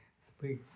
speak